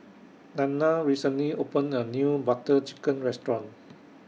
Nanna recently opened A New Butter Chicken Restaurant